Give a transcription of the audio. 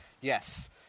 yes